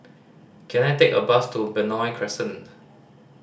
can I take a bus to Benoi Crescent